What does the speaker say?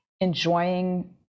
enjoying